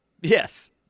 Yes